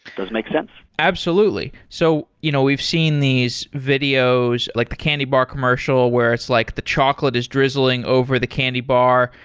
does it make sense? absolutely. so you know we've seen these videos, like the candy bar commercial where it's like the chocolate is drizzling over the candy bar,